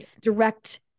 direct